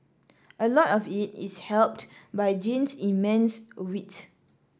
a lot of it is helped by Jean's immense wit